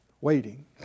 Waiting